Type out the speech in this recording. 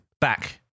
Back